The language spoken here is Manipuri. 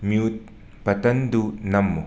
ꯃ꯭ꯌꯨꯠ ꯕꯇꯟꯗꯨ ꯅꯝꯃꯨ